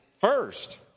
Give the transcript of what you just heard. First